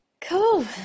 Cool